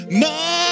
more